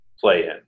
play-in